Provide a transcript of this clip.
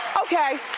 okay,